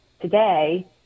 today